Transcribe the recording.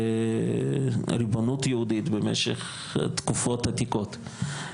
וריבונות יהודית במשך תקופות עתיקות.